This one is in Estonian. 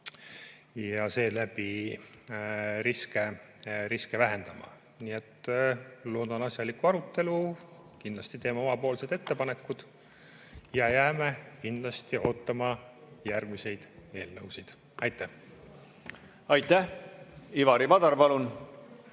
ja seeläbi riske vähendama. Loodan asjalikku arutelu. Kindlasti teeme omapoolsed ettepanekud ja jääme ootama järgmisi eelnõusid. Aitäh! Aitäh! Ivari Padar, palun,